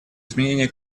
изменение